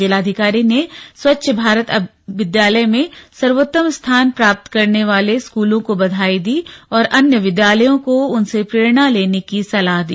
जिलाधिकारी ने स्वच्छ भारत विद्यालय में सर्वोत्तम स्थान प्राप्त करने वाले स्कूलों को बधाई दी और अन्य विद्यालयों को उनसे प्रेरणा लेने की सलाह दी